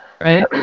Right